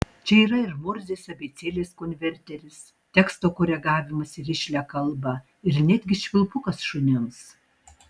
čia yra ir morzės abėcėlės konverteris teksto koregavimas į rišlią kalbą ir netgi švilpukas šunims